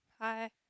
Hi